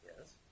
Yes